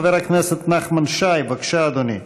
חבר הכנסת נחמן שי, בבקשה, אדוני.